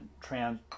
trans